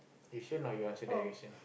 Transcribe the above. you sure not you answer that question